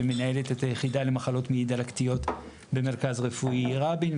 שמנהלת את היחידה למחלות מעי דלקתיות במרכז הרפואי רבין.